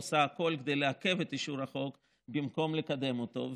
עושה הכול כדי לעכב את אישור החוק במקום לקדם אותו.